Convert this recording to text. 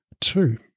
Two